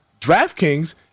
DraftKings